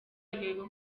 agahigo